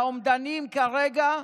והאומדנים כרגע: